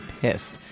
pissed